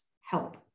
help